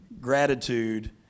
gratitude